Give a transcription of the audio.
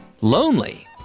Lonely